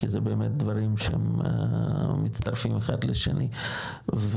כי זה באמת דברים שהם מצטרפים אחד לשני וכמובן,